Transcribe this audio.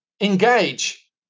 engage